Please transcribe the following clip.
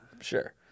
Sure